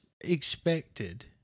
expected